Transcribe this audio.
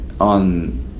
on